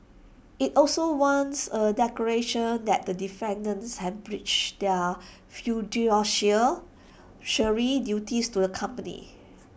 IT also wants A declaration that the defendants have breached their fiduciary duties to the company